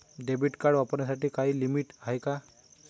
Debit card वापरण्यासाठी काही limit आहे का?